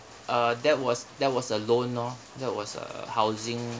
uh that was that was a loan lor that was a housing